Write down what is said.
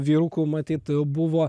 vyrukų matyt buvo